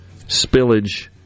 spillage